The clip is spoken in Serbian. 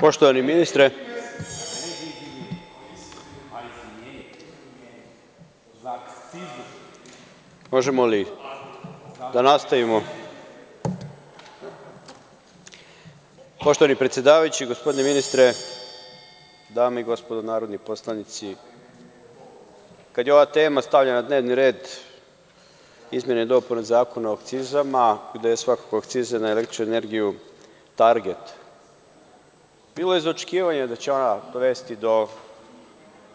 Poštovani ministre, dame i gospodo narodni poslanici, kada je ova tema stavljena na dnevni red, izmene i dopune Zakona o akcizama, gde su svakako akcize na električnu energiju target, bilo je za očekivati da će ona dovesti do